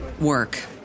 work